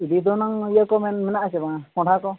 ᱤᱫᱤ ᱫᱚ ᱦᱩᱱᱟᱹᱝ ᱤᱭᱟᱹ ᱠᱚ ᱢᱮᱱ ᱢᱮᱱᱟᱜᱼᱟ ᱪᱮ ᱵᱟᱝ ᱠᱚᱸᱰᱦᱟ ᱠᱚ